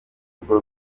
rugo